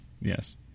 yes